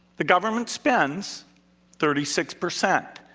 the government spends thirty six percent.